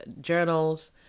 journals